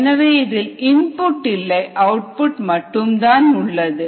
எனவே இதில் இன்புட் இல்லை அவுட்புட் மட்டும்தான் உள்ளது